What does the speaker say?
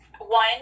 one